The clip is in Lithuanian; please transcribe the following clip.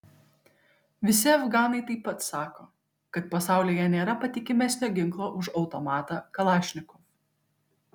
visi afganai taip pat sako kad pasaulyje nėra patikimesnio ginklo už automatą kalašnikov